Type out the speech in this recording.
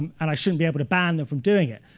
and i shouldn't be able to ban them from doing it.